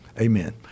Amen